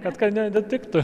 kad nenutiktų